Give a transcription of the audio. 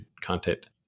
content